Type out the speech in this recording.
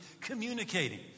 communicating